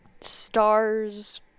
stars